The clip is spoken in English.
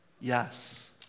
Yes